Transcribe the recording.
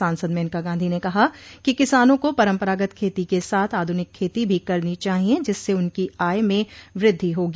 सांसद मेनका गांधी ने कहा कि किसानों को परम्परागत खेती के साथ आधुनिक खेती भी करनी चाहिए जिससे उनकी आय में वृद्धि होगी